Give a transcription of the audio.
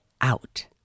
out